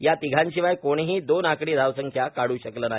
या तिघांशिवाय कोणीही दोन आकडी धावसंख्या काढू शकलं नाही